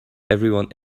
everyone